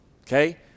Okay